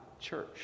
church